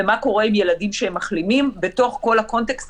ומה קורה עם ילדים שהם מחלימים בתוך כל הקונטקסט